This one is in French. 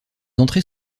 entrées